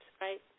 right